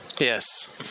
Yes